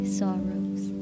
sorrows